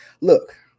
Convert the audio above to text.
Look